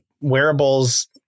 wearables